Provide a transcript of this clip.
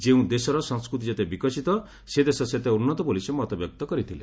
ଯେଉଁ ଦେଶର ସଂସ୍କୃତି ଯେତେ ବିକଶିତ ସେ ଦେଶ ସେତେ ଉନ୍ନତ ବୋଲି ସେ ମତବ୍ୟକ୍ତ କରିଥିଲେ